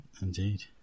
Indeed